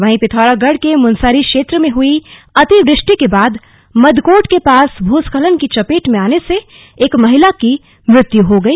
वहीं पिथौरागढ़ के मुनस्यारी क्षेत्र में हई अतिवृष्टि के बाद मदकोट के पास भूस्खलन की चपेट में आने से एक महिला की मृत्यु हो गई